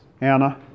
Anna